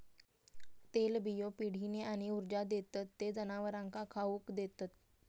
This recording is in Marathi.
तेलबियो पिढीने आणि ऊर्जा देतत ते जनावरांका खाउक देतत